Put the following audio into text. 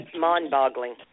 mind-boggling